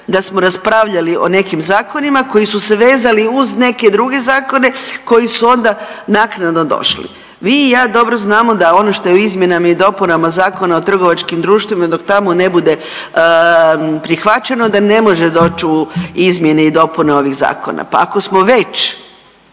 da smo raspravljali o nekim zakonima koji su se vezali uz neke druge zakone koji su onda naknadno došli. Vi i ja dobro znamo da ono što je u izmjenama i dopunama Zakona o trgovačkim društvima dok tamo ne bude prihvaćeno da ne može u doći u izmjene i dopune ovih zakona. Pa ako smo već